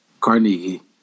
Carnegie